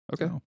okay